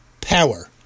power